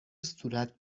صورت